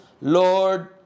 Lord